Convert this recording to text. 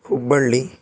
Hubballi